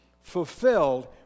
fulfilled